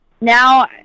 Now